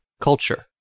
Culture